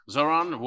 Zoran